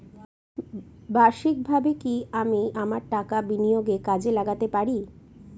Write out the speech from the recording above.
বার্ষিকভাবে কি আমি আমার টাকা বিনিয়োগে কাজে লাগাতে পারি?